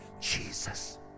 Jesus